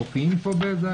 מופיעים פה?